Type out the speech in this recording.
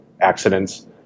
accidents